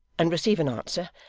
and receive an answer,